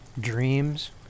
dreams